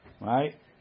right